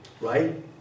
right